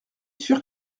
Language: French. sûr